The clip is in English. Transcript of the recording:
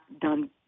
done